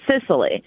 Sicily